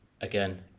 again